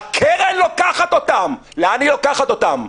הקרן לוקחת אותם לאן היא לוקחת אותם?